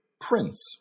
Prince